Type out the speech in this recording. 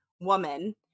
woman